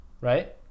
right